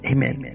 Amen